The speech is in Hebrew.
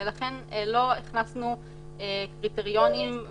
לכן לא הכנסנו קריטריונים.